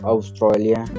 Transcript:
Australia